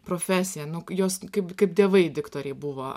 profesija nu jos kaip kaip dievai diktoriai buvo